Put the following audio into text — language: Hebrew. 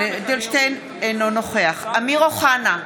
אינו נוכח אמיר אוחנה,